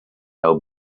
will